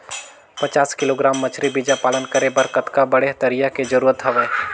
पचास किलोग्राम मछरी बीजा पालन करे बर कतका बड़े तरिया के जरूरत हवय?